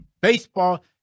baseball